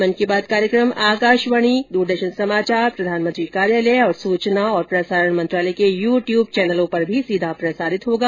मन की बात कार्यक्रम आकाशवाणी दूरदर्शन समाचार प्रधानमंत्री कार्यालय तथा सूचना और प्रसारण मंत्रालय के यू द्यूब चैनलों पर भी सीधा प्रसारित होगा